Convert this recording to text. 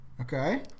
Okay